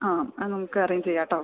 ആ നമുക്ക് അറേഞ്ച് ചെയ്യാം കേട്ടോ